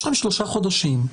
יש לכם שלושה חודשים.